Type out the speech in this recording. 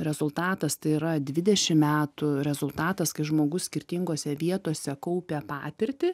rezultatas tai yra dvidešim metų rezultatas kai žmogus skirtingose vietose kaupė patirtį